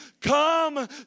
Come